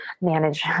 manage